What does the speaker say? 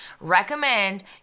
Recommend